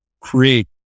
create